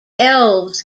elves